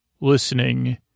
listening